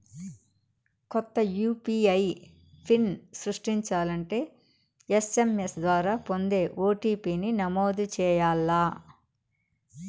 కొత్త UPI PIN సృష్టించాలంటే SMS ద్వారా పొందే ఓ.టి.పి.ని నమోదు చేయాల్ల